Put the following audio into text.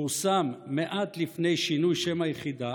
שפורסם מעט לפני שינוי שם היחידה,